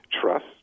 trust